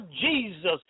Jesus